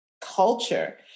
culture